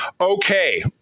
okay